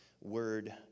word